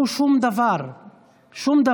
עם עורך דין, זה לא סתם.